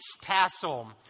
tassel